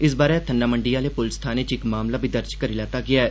इस बारै थन्नामंडी आहले पुलस थाने च इक मामला बी दर्ज करी लैता गेआ ऐ